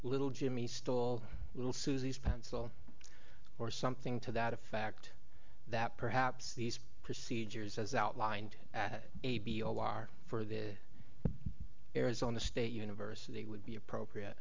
little jimmy stole little susie's pencil or something to that effect that perhaps these procedures as outlined at a b o r for the arizona state university would be appropriate